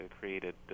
created